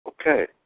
Okay